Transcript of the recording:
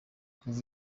kuva